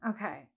okay